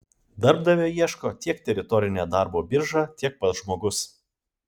darbdavio ieško tiek teritorinė darbo birža tiek pats žmogus